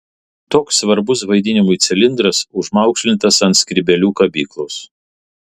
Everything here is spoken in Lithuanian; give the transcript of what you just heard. toks svarbus vaidinimui cilindras užmaukšlintas ant skrybėlių kabyklos